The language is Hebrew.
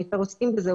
הם יותר עוסקים בזה,